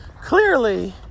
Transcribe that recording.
Clearly